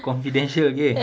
confidential okay